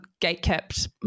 gatekept